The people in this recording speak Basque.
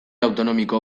autonomiko